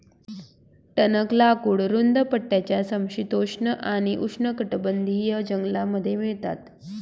टणक लाकूड रुंद पट्ट्याच्या समशीतोष्ण आणि उष्णकटिबंधीय जंगलांमध्ये मिळतात